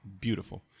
beautiful